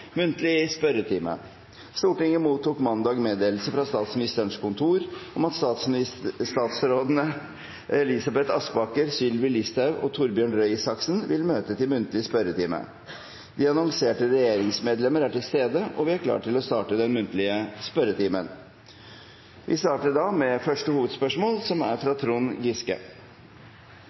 Stortinget mottok mandag meddelelse fra Statsministerens kontor om at statsrådene Elisabeth Aspaker, Sylvi Listhaug og Torbjørn Røe Isaksen vil møte til muntlig spørretime. De annonserte regjeringsmedlemmene er til stede, og vi er klare til å starte den muntlige spørretimen. Vi starter med første hovedspørsmål, fra representanten Trond Giske. Jeg har et spørsmål til kunnskapsministeren. Norge er